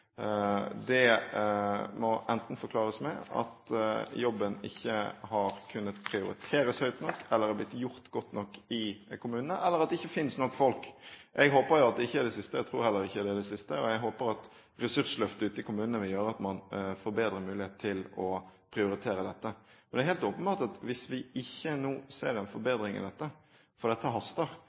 Det må enten forklares med at jobben ikke har kunnet prioriteres høyt nok eller er blitt gjort godt nok i kommunene, eller at det ikke finnes nok folk. Jeg håper jo at det ikke er det siste, og tror heller ikke at det er det siste. Jeg håper at ressursløftet ute i kommunene vil gjøre at man får bedre mulighet til å prioritere dette. Det er helt åpenbart at hvis vi ikke nå ser en forbedring i dette, for dette haster,